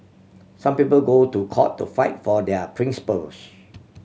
some people go to court to fight for their principles